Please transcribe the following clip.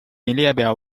列表